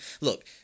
look